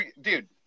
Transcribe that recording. dude